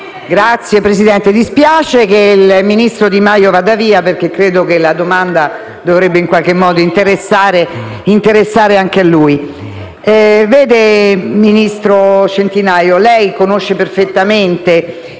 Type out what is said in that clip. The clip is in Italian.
Signor Presidente, dispiace che il ministro Di Maio vada via, perché credo che la domanda dovrebbe in qualche modo interessare anche lui. Ministro Centinaio, lei conosce perfettamente